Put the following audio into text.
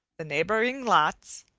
the neighboring lots,